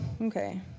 okay